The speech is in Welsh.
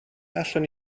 allwn